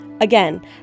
Again